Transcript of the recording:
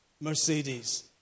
Mercedes